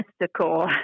mystical